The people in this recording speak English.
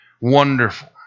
Wonderful